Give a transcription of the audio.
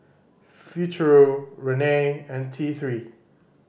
Futuro Rene and T Three